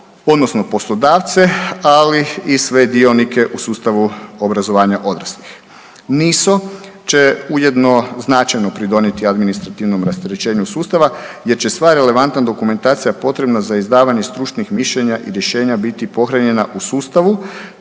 odnosno poslodavce, ali i sve dionike u sustavu obrazovanja odraslih. NISO će ujedno značajno pridonijeti administrativnom rasterećenju sustava jer će sva relevantna dokumentacija potrebna za izdavanje stručnih mišljenja i rješenja biti pohranjena u sustavu